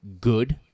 good